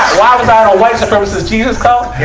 um white supremacist jesus cult? yeah.